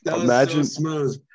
Imagine